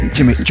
Jimmy